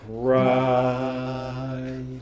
cry